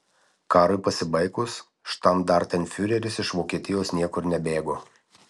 karui pasibaigus štandartenfiureris iš vokietijos niekur nebėgo